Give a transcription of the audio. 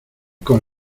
con